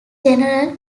general